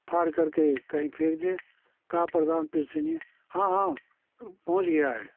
फाड़ करके कहीं फेंक दे कहा प्रधान पैसे नहीं है हाँ हाँ पहुँच गया है